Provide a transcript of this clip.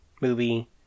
movie